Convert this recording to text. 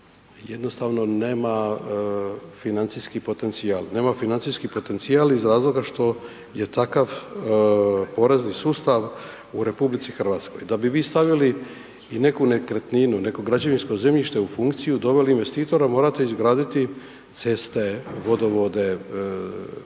potencijal. Nema financijski potencijal iz razloga što je takav porezni sustav u RH. Da bi vi stavili i neku nekretninu, neko građevinsko zemljište u funkciju, doveli investitora, morate izgraditi ceste, vodovode, grijanja,